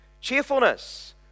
cheerfulness